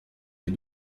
les